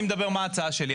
אני מדבר מה ההצעה שלי.